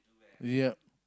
yeah